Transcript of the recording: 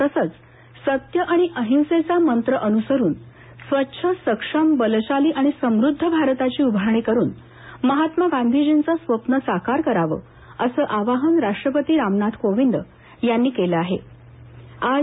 तसंच सत्य आणि अहिंसेचा मंत्र अनुसरून स्वच्छ सक्षम बलशाली आणि समृद्ध भारताची उभारणी करून महात्मा गांधींचं स्वप्न साकार करावं असं आवाहन राष्ट्रपती रामनाथ कोविंद यांनी नागरिकांना केलं आहे